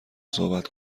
صحبت